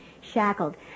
shackled